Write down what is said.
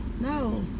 No